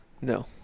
No